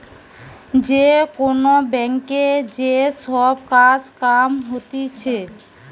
যে কোন ব্যাংকে যে সব কাজ কাম হতিছে